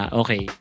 okay